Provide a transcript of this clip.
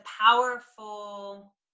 powerful